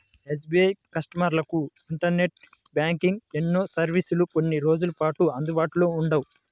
SBI కస్టమర్లకు internet banking, YONO సర్వీసులు కొన్ని రోజుల పాటు అందుబాటులో ఉండవు